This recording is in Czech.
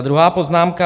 Druhá poznámka.